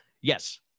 Yes